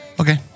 Okay